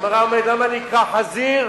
הגמרא אומרת: למה נקרא חזיר?